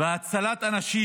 והצלת האנשים